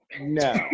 No